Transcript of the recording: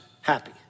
happy